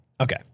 okay